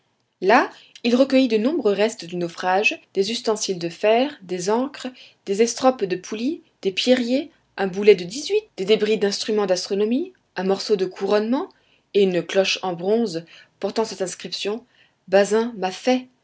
là il recueillit de nombreux restes du naufrage des ustensiles de fer des ancres des estropes de poulies des pierriers un boulet de dix-huit des débris d'instruments d'astronomie un morceau de couronnement et une cloche en bronze portant cette inscription bazin m'a fait